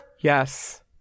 Yes